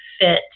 fit